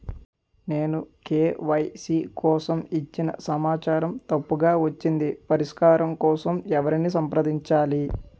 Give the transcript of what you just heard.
నేను కే.వై.సీ కోసం ఇచ్చిన సమాచారం తప్పుగా వచ్చింది పరిష్కారం కోసం ఎవరిని సంప్రదించాలి?